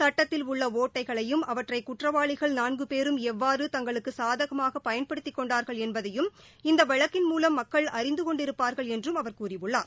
சட்டத்தில் உள்ள ஓட்டைகளையும் அவற்றை குற்றவாளிகள் நான்கு பேரும் எவ்வாறு தங்களுக்கு சாதகமாக பயன்படுத்திக் கொண்டார்கள் என்பதையும் இந்த வழக்கின் மூலம் மக்கள் அறிந்து கொண்டிருப்பார்கள் என்றும் அவர் கூறியுள்ளார்